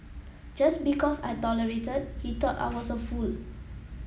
just because I tolerated he thought I was a fool